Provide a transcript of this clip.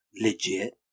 Legit